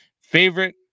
favorite